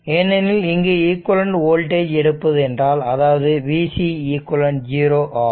ஏனெனில் இங்கு equivalent voltage எடுப்பது என்றால் அதாவது v c eq 0 ஆகும்